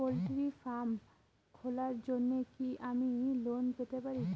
Poultry farm খোলার জন্য কি আমি লোন পেতে পারি?